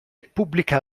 pubblica